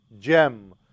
gem